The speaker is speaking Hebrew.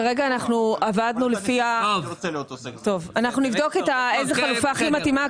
אנחנו נבדוק איזה חלופה הכי מתאימה.